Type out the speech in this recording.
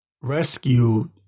rescued